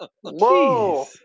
Whoa